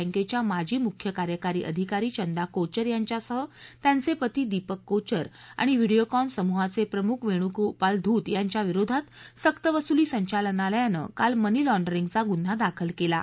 बँकेच्या माजी मुख्य कार्यकारी अधिकारी चंदा कोचर यांच्यासह त्यांचे पती दीपक कोचर आणि व्हिडियोकॉन समूहाचे प्रमुख वेणूगोपाल ध्रत यांच्याविरोधात सक्तवसुली संचालनालयानं काल मनिलॉण्डरिंगचा गुन्हा दाखल केला आहे